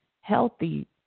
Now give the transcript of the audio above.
healthy